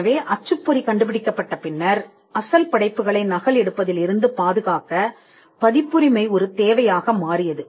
எனவே அச்சுப்பொறி கண்டுபிடிக்கப்பட்ட பின்னர் அசல் படைப்புகளை நகல் எடுப்பதில் இருந்து பாதுகாக்க பதிப்புரிமை ஒரு தேவையாக மாறியது